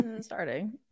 Starting